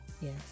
Yes